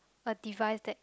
a device that